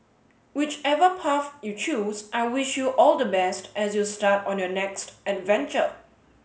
whichever path you choose I wish you all the best as you start on your next adventure